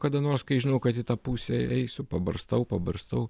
kada nors kai žinau kad į tą pusę eisiu pabarstau pabarstau